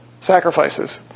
sacrifices